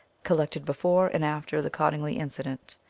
collected before and after the cottingley incident.